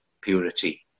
purity